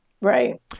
Right